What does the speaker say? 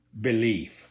belief